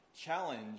challenge